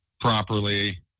properly